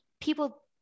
people